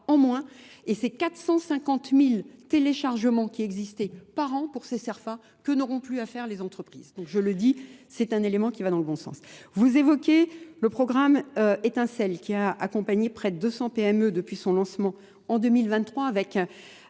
en moins et c'est 450 000 téléchargements qui existaient par an pour ces SERFAs que n'auront plus à faire les entreprises. Donc je le dis, c'est un élément qui va dans le bon sens. Vous évoquez le programme Étincel qui a accompagné près de 200 PME depuis son lancement en 2023